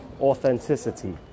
authenticity